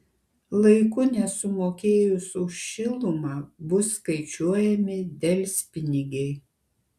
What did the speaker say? laiku nesumokėjus už šilumą bus skaičiuojami delspinigiai